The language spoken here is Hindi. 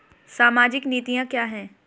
सामाजिक नीतियाँ क्या हैं?